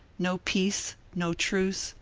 no peace, no truce,